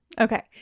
Okay